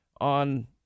on